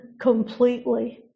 completely